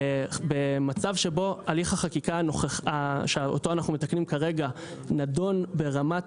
המצב שבו הליך החקיקה שאותו אנחנו מתקנים כרגע נדון ברמת